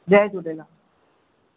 Jay Jhulelal